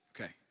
Okay